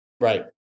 right